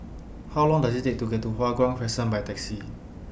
How Long Does IT Take to get to Hua Guan Crescent By Taxi